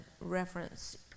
reference